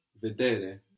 Vedere